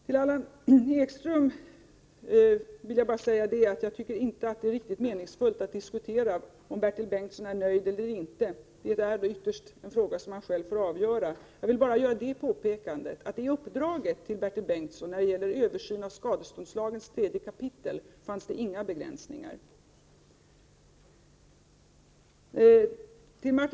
Till Allan Ekström vill jag säga att jag tycker att det inte är riktigt meningsfullt att diskutera om Bertil Bengtsson är nöjd eller inte. Det är en fråga som han själv ytterst får avgöra. Jag vill bara göra det påpekandet att det i uppdraget till Bertil Bengtsson när det gäller översyn av 3 kap. skadeståndslagen inte fanns några begränsningar.